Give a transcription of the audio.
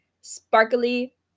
sparkly